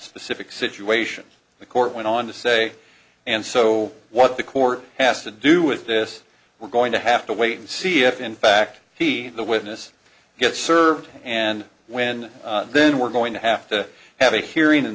specific situation the court went on to say and so what the court has to do with this we're going to have to wait and see if in fact he the witness gets served and when then we're going to have to have a hearing in